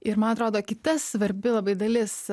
ir man atrodo kita svarbi labai dalis